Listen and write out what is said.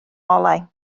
olau